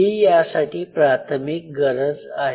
ही यासाठी प्राथमिक गरज आहे